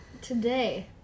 Today